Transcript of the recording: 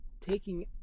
taking